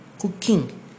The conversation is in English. cooking